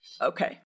Okay